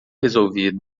resolvido